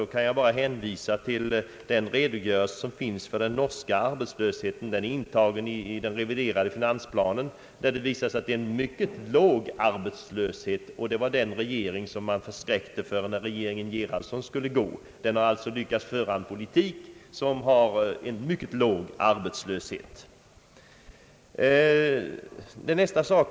Jag kan bara hänvisa till den redogörelse som finns över den norska arbetslösheten. Den är intagen i den reviderade finansplanen, och det visar sig att arbetslösheten är mycket låg. Det var den regeringen man ville skrämma för när regeringen Gerhardsen skulle gå. Den har alltså lyckats fö ra en politik som medfört en mycket låg arbetslöshet.